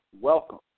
welcome